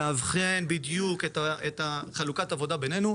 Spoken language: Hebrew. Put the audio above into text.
לאבחן בצורה מדויקת את חלוקת העבודה בינינו,